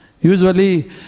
Usually